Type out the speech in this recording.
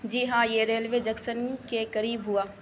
جی ہاں یہ railway junction کے قریب ہوا